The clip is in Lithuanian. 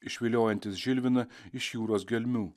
išviliojantis žilviną iš jūros gelmių